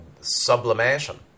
sublimation